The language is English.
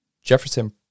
Jefferson